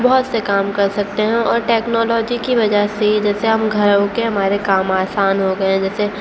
بہت سے کام کر سکتے ہیں اور ٹیکنالوجی کی وجہ سے ہی جیسے ہم گھروں کے ہمارے کام آسان ہو گئے جیسے